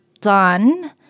done